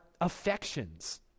affections